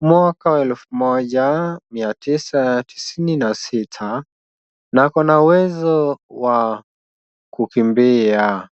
mwaka wa elfu moja mia tisa tisini na sita na ako na uwezo wa kukimbia.